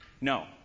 No